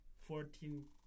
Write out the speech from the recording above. fourteen